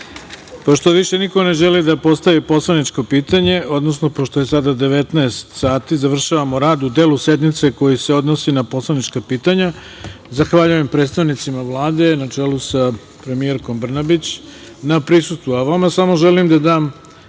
više niko ne želi da postavi poslaničko pitanje, odnosno pošto je sada 19.00 sati, završavamo rad u delu sednice koji se odnosi na poslanička pitanja. Zahvaljujem predstavnicima Vlade, na čelu sa premijerkom Brnabić na prisustvu, a vama samo želim da dam